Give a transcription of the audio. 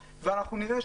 באירופה.